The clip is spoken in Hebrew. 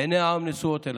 עיני העם נשואות אליכם.